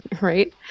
right